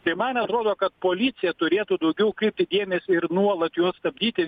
tai man atrodo kad policija turėtų daugiau kreipti dėmesį ir nuolat juos stabdyti